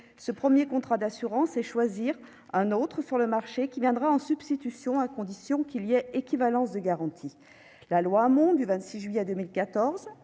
ce premier contrat d'assurance et en choisir un autre, sur le marché, qui viendra en substitution à condition qu'il y ait équivalence de garantie. La loi Hamon du 26 juillet 2014